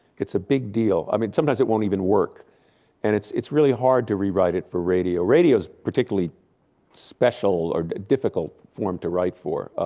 it's a big deal, i mean, sometimes it won't even work and it's it's really hard to rewrite it for radio. radio's particularly special or difficult form to write for.